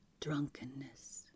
drunkenness